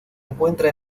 encuentra